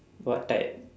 what type